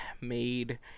made